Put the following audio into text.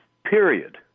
period